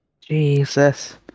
jesus